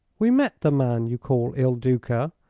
we met the man you call il duca,